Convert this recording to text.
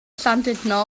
llandudno